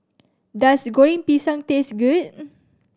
does Goreng Pisang taste good